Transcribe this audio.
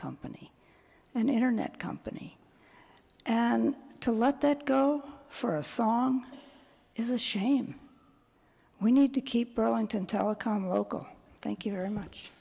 company an internet company and to let that go for a song is a shame we need to keep growing to telecom local thank you very much